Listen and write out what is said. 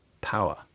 power